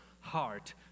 heart